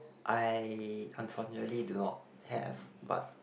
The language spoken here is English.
I unfortunately do not have but